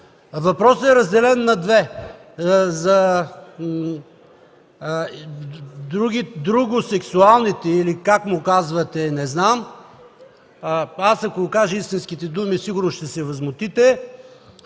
Въпросът е разделен на две: за друго сексуалните или как да ги кажа, не знам, ако кажа истинските думи, сигурно ще се възмутите,